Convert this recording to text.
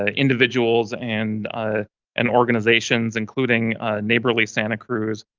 ah individuals and ah and organizations including neighborly santa cruz,